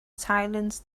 silence